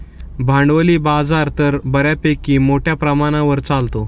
भांडवली बाजार तर बऱ्यापैकी मोठ्या प्रमाणावर चालतो